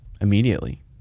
immediately